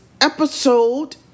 episode